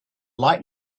light